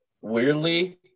Weirdly